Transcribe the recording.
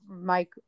Mike